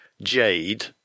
Jade